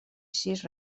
sis